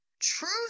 Truth